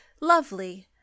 Lovely